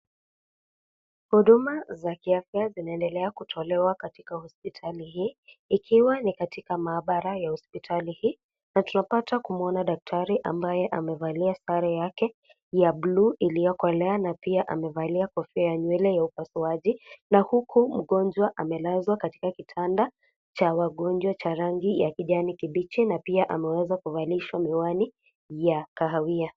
Huduma za kiafya zinaendelea kutolewa katika hospitali hii, ikiwa ni katika maabara ya hospitali hii na tunapata kumwona daktari ambaye amevalia sare yake ya bluu iliyokolea na pia amevalia kofia ya nywele ya upasuaji na huku mgonjwa amelazwa katika kitanda cha wagonjwa cha rangi ya kijani kibichi na pia ameweza kuvalishwa miwani ya kahawia.